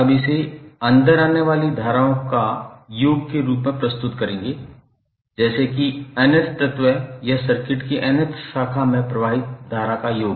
आप इसे अंदर आने वाली धाराओं का योग के रूप में प्रस्तुत करेंगे जैसे कि nth तत्व या सर्किट की nth शाखा में प्रवाहित योग